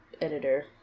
editor